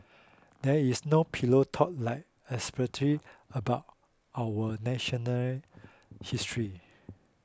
there is no pillow talk like excerpted about our national history